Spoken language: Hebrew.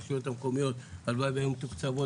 הרשויות המקומיות הלוואי והיו מתוקצבות